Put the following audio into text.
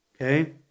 okay